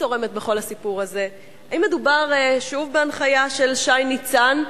צורמת בכל הסיפור הזה: האם מדובר שוב בהנחיה של שי ניצן,